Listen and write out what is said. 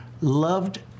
loved